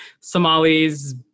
Somalis